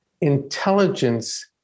intelligence